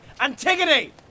Antigone